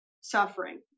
suffering